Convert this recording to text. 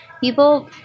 people